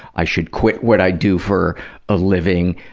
i should quit what i do for a living,